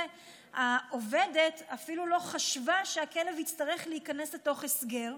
העובדת אפילו לא חשבה שהכלב יצטרך להיכנס להסגר.